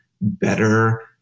better